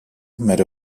met